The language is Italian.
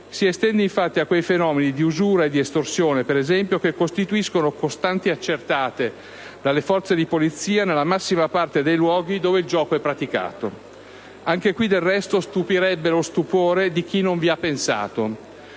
si estende infatti a quei fenomeni di usura e di estorsione, per esempio, che costituiscono costanti accertate dalle forze di polizia nella massima parte dei luoghi dove il gioco è praticato. Anche qui, del resto, stupirebbe lo stupore di chi non vi ha pensato.